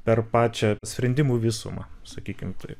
per pačią sprendimų visumą sakykim taip